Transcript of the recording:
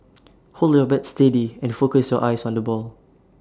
hold your bat steady and focus your eyes on the ball